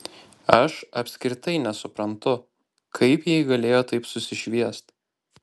aš apskritai nesuprantu kaip jai galėjo taip susišviest